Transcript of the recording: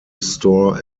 store